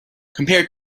compared